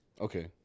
Okay